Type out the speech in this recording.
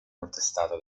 contestato